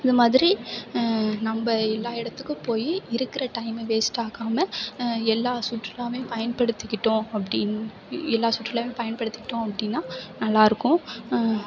இது மாதிரி நம்ம எல்லா இடத்துக்கும் போய் இருக்கிற டைமை வேஸ்ட் ஆக்காமல் எல்லா சுற்றுலாவையும் பயன்படுத்திகிட்டோம் அப்படினா எல்லா சுற்றுலாவையும் பயன்படுத்திகிட்டோம் அப்படினா நல்லா இருக்கும்